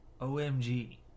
OMG